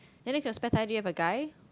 and then got spare tyre do you have a guy